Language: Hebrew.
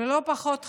ולא פחות חשוב,